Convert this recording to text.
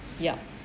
yup